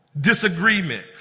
disagreement